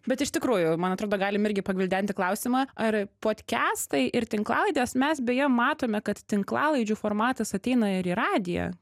bet iš tikrųjų man atrodo galim irgi pagvildenti klausimą ar podkestai ir tinklalaidės mes beje matome kad tinklalaidžių formatas ateina ir į radiją